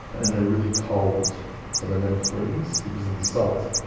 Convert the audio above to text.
and they're really cold so they never freeze because of the salt.